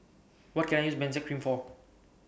What Can I use Benzac Cream For